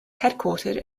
headquartered